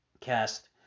cast